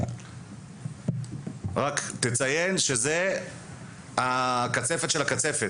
רק תציין שזה הקצפת של הקצפת.